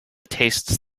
tastes